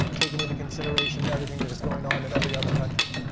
taking into consideration everything that is going on in every other country?